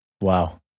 Wow